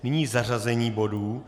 Nyní zařazení bodů.